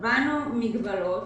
קבענו מגבלות